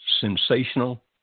sensational